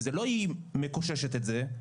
זה לא היא מקוששת את זה,